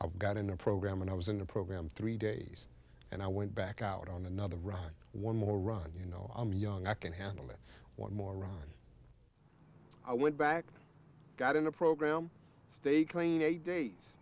i've got in the program and i was in a program three days and i went back out on another run one more run you know i'm young i can handle that one more i went back got in a program stay clean eight days